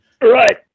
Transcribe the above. right